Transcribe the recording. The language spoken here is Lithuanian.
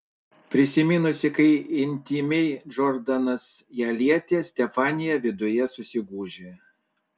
prisiminusi kaip intymiai džordanas ją lietė stefanija viduje susigūžė